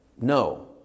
No